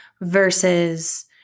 versus